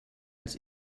als